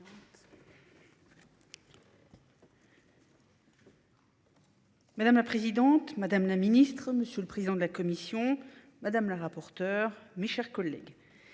Madame la présidente, madame la ministre, monsieur le président de la commission, madame la rapporteure, mes chers collègues.